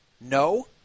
No